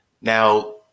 now